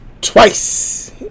twice